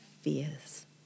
fears